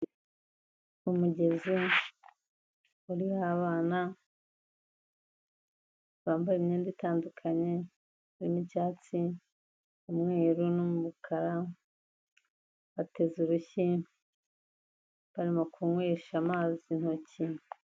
Umugezi uriho abana bambaye imyenda itandukanye, harimo ibyatsiu, umweru n'umukara, bateze urushyi barimo kunywesha amazi intoki.